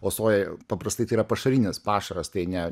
o soja paprastai tai yra pašarinis pašaras tai ne